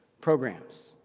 programs